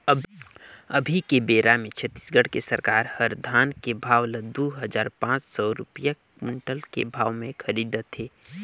अभी के बेरा मे छत्तीसगढ़ के सरकार हर धान के भाव ल दू हजार पाँच सौ रूपिया कोंटल के भाव मे खरीदत हे